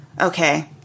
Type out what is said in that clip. Okay